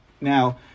Now